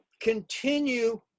continue